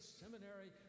seminary